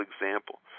example